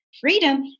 freedom